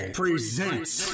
presents